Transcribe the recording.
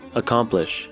accomplish